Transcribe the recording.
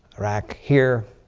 iraq here.